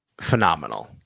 phenomenal